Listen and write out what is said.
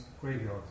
graveyards